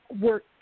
work